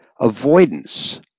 avoidance